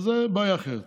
אז זו בעיה אחרת.